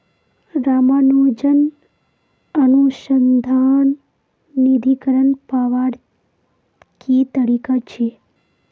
रामानुजन अनुसंधान निधीकरण पावार की तरीका छे